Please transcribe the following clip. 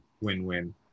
win-win